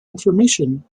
information